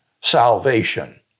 salvation